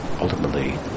ultimately